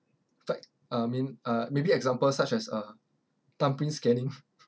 like I mean uh maybe examples such as uh thumbprint scanning